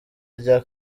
rya